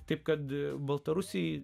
taip kad baltarusiai